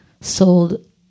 sold